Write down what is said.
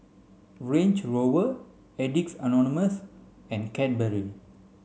Range Rover Addicts Anonymous and Cadbury